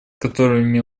которыми